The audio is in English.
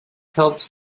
helps